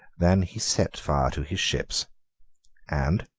then he set fire to his ships and,